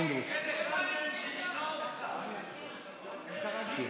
תגלה לנו למה הסכים גנץ, שלמה, נו.